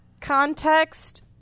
context